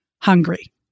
hungry